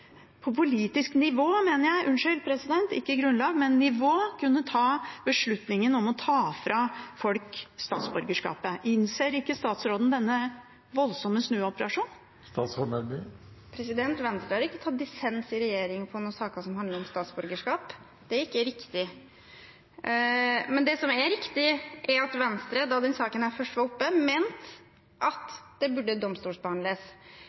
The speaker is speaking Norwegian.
folk statsborgerskapet. Innser ikke statsråden denne voldsomme snuoperasjonen? Venstre har ikke tatt dissens i regjering på noen saker som handler om statsborgerskap, det er ikke riktig. Men det som er riktig, er at Venstre, da denne saken var oppe først, mente at det burde domstolsbehandles.